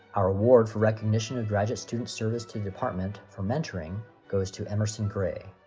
our award for recognition of graduate student service to the department for mentoring goes to emerson grey.